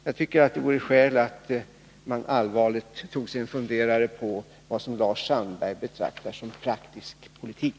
Jag tycker att det vore skäl att ta sig en allvarlig funderare på vad Lars Sandberg betraktar som praktisk politik.